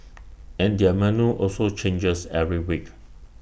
and their menu also changes every week